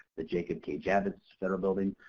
the jacob k javits federal building.